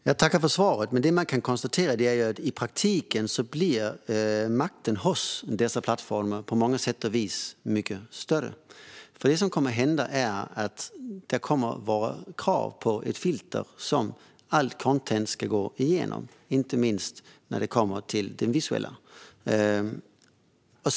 Fru talman! Jag tackar för svaret, men det man kan konstatera är ju att makten i praktiken blir större hos många av dessa plattformar. Det som kommer att hända är nämligen att det kommer att ställas krav på ett filter som all content ska gå igenom, inte minst när det kommer till det visuella.